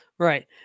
Right